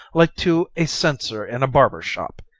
like to a censer in a barber's shop.